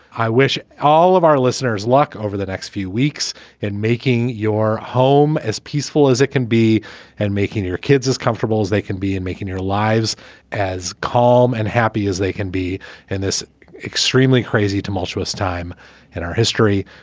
i wish all of our listeners luck over the next few weeks in making your home as peaceful as it can be and making your kids as comfortable as they can be and making your lives as calm and happy as they can be in this extremely crazy, tumultuous time in our history.